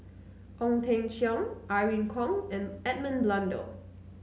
Ong Teng Cheong Irene Khong and Edmund Blundell